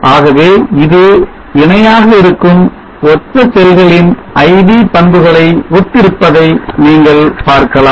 ஆகவே இது இணையாக இருக்கும் ஒத்த செல்களின் IV பண்புகளை ஒத்திருப்பதை நீங்கள் பார்க்கலாம்